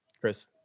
Chris